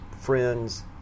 friends